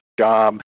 job